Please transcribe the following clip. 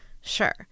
Sure